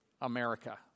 America